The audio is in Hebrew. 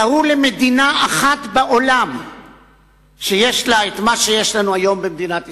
תראו לי מדינה אחת בעולם שיש לה את מה שיש לנו היום במדינת ישראל.